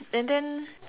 and then